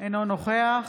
אינו נוכח